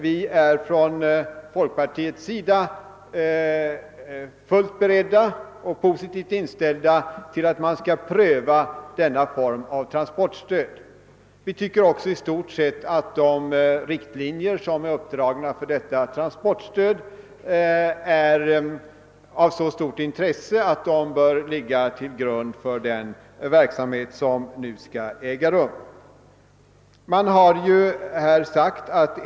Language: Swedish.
Vi är på folkpartihåll positivt inställda till att pröva denna form av transportstöd. Vi tycker också att de riktlinjer som uppdragits för detta transportstöd är av så stort värde att de bör ligga till grund för den verksamhet som nu skall igångsättas.